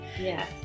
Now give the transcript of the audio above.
Yes